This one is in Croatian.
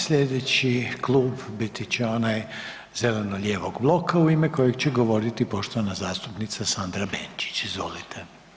Slijedeći Klub biti će onaj zeleno-lijevog bloka u ime kojeg će govoriti poštovana zastupnica Sandra Benčić, izvolite.